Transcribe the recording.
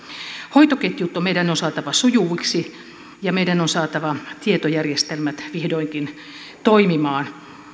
hoitoketjut on meidän saatava sujuviksi ja meidän on saatava tietojärjestelmät vihdoinkin toimimaan